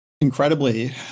incredibly